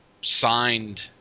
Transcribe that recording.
signed